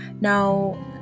Now